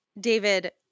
David